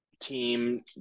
team